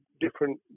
different